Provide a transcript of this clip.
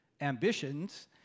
ambitions